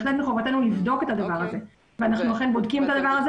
בהחלט מחובתנו לבדוק את הדבר הזה ואנחנו אכן בודקים אותו.